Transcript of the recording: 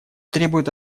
требует